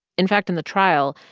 in fact, in the trial,